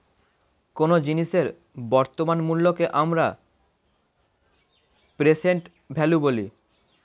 কোনো জিনিসের বর্তমান মূল্যকে আমরা প্রেসেন্ট ভ্যালু বলি